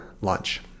lunch